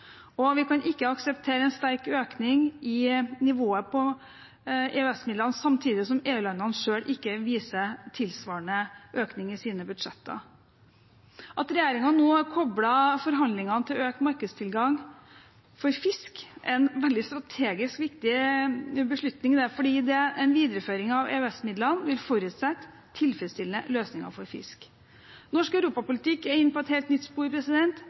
og vi kan ikke akseptere en sterk økning i nivået på EØS-midlene samtidig som EU-landene selv ikke viser tilsvarende økning i sine budsjetter. At regjeringen kobler forhandlingene til økt markedstilgang for fisk, er en strategisk veldig viktig beslutning, fordi en videreføring av EØS-midlene vil forutsette tilfredsstillende løsninger for fisk. Norsk europapolitikk er inne på et helt